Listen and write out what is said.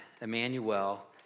Emmanuel